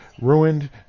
ruined